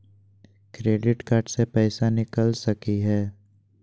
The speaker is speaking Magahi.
क्रेडिट कार्ड से पैसा निकल सकी हय?